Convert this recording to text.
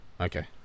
Okay